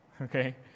okay